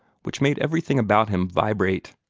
which made everything about him vibrate.